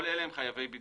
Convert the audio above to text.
כל אלה הם חייבי בידוד.